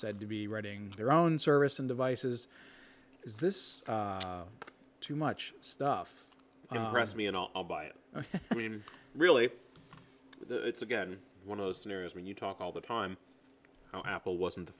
said to be writing their own service and devices is this too much stuff press me and i'll buy it i mean really it's again one of those scenarios when you talk all the time apple wasn't the